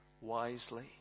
wisely